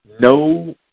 No